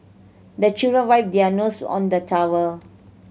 the children wipe their nose on the towel